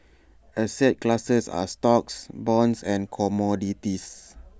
asset classes are stocks bonds and commodities